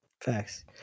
Facts